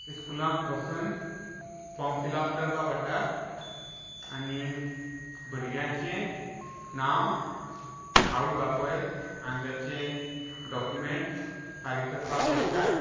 इस्कुलांक वचून form fill up करपाक पडटा आनी भुरग्यांचें नांव आवय बापूय आनी ताचे डॉक्युमेंट फारीक करपाक पडटात